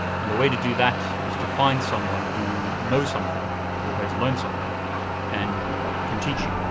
and the way to do that is to find someone who knows something or has learned something and can teach you.